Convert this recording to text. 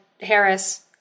Harris